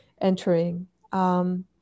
entering